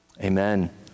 Amen